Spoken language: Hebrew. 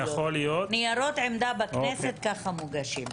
ניירות עמדה בכנסת כך מוגשים.